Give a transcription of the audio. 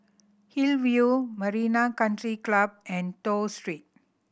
Hillview Marina Country Club and Toh Street